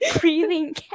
breathing